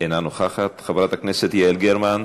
אינה נוכחת, חברת הכנסת יעל גרמן,